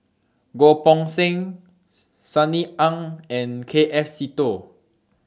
Goh Poh Seng Sunny Ang and K F Seetoh